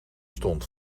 stond